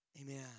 Amen